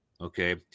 Okay